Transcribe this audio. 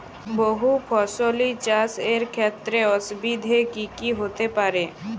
বহু ফসলী চাষ এর ক্ষেত্রে অসুবিধে কী কী হতে পারে?